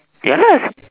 ya lah